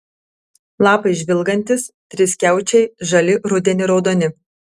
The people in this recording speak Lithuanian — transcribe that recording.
lapai žvilgantys triskiaučiai žali rudenį raudoni